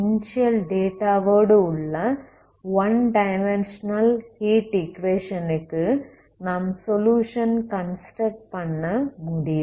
initial டேட்டாவோடு உள்ள 1 dimensional heat equation க்கு நாம் சொலுயுஷன் கன்ஸ்ட்ரக்ட் பண்ண முடியும்